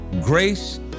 grace